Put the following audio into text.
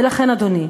ולכן, אדוני,